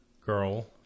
girl